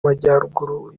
majyaruguru